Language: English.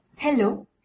Hello